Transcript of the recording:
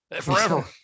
forever